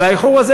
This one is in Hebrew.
והאיחור הזה,